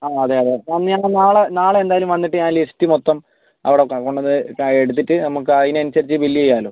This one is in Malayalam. ആണോ അതെ അതെ സാറിന് ഞാൻ നാളെ നാളെ എന്താണേലും വന്നിട്ട് ഞാൻ ലിസ്റ്റ് മൊത്തം അവിടെ കൊണ്ടന്ന് എടുത്തിട്ട് നമുക്ക് അതിനനുസരിച്ച് ബില്ല് ചെയ്യാലോ